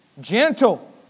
gentle